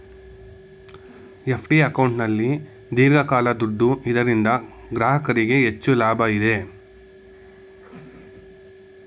FD ಅಕೌಂಟಲ್ಲಿ ದೀರ್ಘಕಾಲ ದುಡ್ಡು ಇದರಿಂದ ಗ್ರಾಹಕರಿಗೆ ಹೆಚ್ಚು ಲಾಭ ಇದೆ